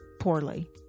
poorly